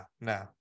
no